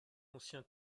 ancien